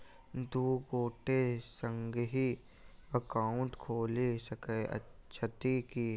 दु गोटे संगहि एकाउन्ट खोलि सकैत छथि की?